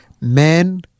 men